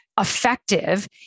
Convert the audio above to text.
effective